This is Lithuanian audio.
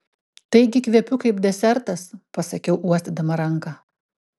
taigi kvepiu kaip desertas pasakiau uostydama ranką